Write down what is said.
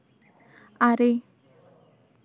ᱟᱨᱮ